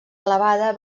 elevada